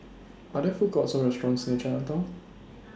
Are There Food Courts Or restaurants near Chinatown